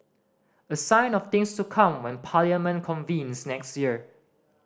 a sign of things to come when Parliament convenes next year